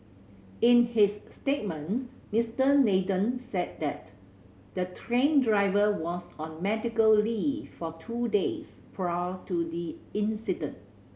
in his statement Mister Nathan said that the train driver was on medical leave for two days prior to the incident